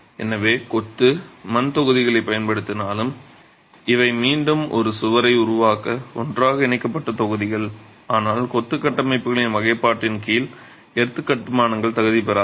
எனவே கொத்து மண் தொகுதிகளைப் பயன்படுத்தினாலும் இவை மீண்டும் ஒரு சுவரை உருவாக்க ஒன்றாக இணைக்கப்பட்ட தொகுதிகள் ஆனால் கொத்து கட்டமைப்புகளின் வகைப்பாட்டின் கீழ் எர்த் கட்டுமானங்கள் தகுதி பெறாது